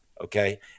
okay